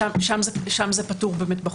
שם זה פתור בחוק,